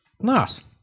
nice